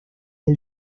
del